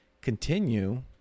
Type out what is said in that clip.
continue